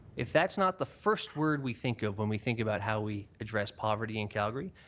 if that's not the first word we think of when we think about how we address poverty in calgary,